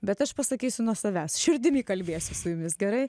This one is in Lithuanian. bet aš pasakysiu nuo savęs širdimi kalbėsiuos su jumis gerai